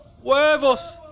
Huevos